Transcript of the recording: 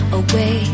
away